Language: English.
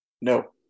No